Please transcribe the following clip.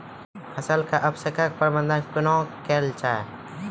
फसलक अवशेषक प्रबंधन कूना केल जाये?